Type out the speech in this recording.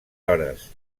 hores